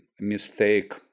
mistake